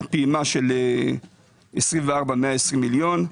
הפעימה של 24' 120 מיליון,